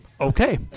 Okay